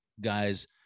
guys